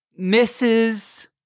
Mrs